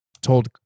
told